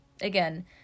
again